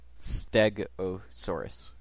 Stegosaurus